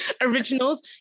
originals